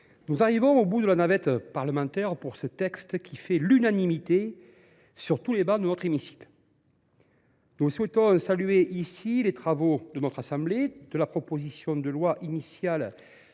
nous arrivons au bout de la navette parlementaire pour ce texte qui fait l’unanimité sur les travées de notre hémicycle. Nous saluons les travaux de notre assemblée, depuis la proposition de loi initiale